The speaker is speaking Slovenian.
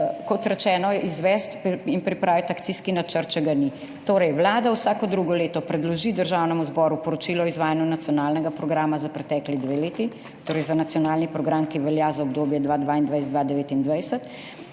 kot rečeno, izvesti in pripraviti akcijski načrt, če ga ni. Torej, Vlada vsako drugo leto predloži Državnemu zboru poročilo o izvajanju nacionalnega programa za pretekli dve leti, torej za nacionalni program, ki velja za obdobje 2022–2029,